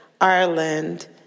Ireland